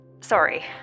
Sorry